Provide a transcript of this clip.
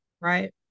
right